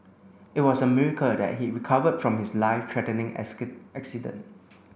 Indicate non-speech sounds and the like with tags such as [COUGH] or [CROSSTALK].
it was a miracle that he recovered from his life threatening [UNINTELLIGIBLE] accident